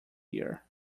year